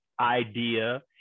idea